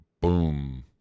boom